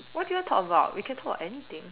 what do you want talk about we can talk about anything